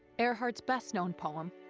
earth's best known poem,